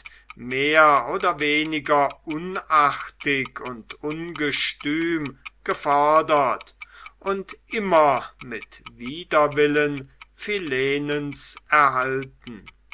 mehr oder weniger unartig und ungestüm gefordert und immer mit widerwillen philinens erhalten